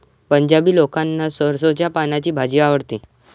पंजाबी लोकांना सरसोंच्या पानांची भाजी आवडते